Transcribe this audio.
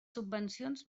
subvencions